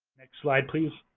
next slide, please.